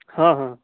हां हां